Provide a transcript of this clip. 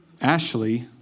Ashley